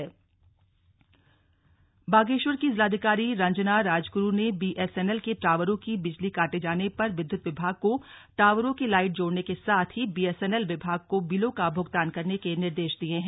BSNL tower बंद बागेश्वर की जिलाधिकारी रंजना राजगुरु ने बीएसएनएल के टॉवरों की बिजली काटे जाने पर विद्युत विभाग को टॉवरों की लाईट जोड़ने के सांथ ही बीएसएनएल विभाग को बिलों का भुगतान करने के निर्देश दिए हैं